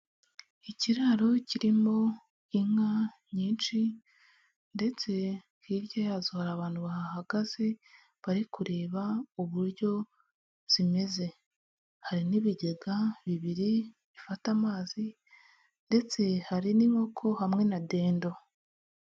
Ikiraro kirimo inka nyinshi ndetse hirya yazo hari abantu bahahagaze bari kureba uburyo zimeze, hari n'ibigega bibiri bifata amazi ndetse hari n'inkoko hamwe na dendo.